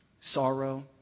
sorrow